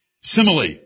Simile